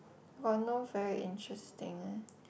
got no very interesting